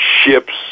ships